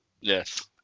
Yes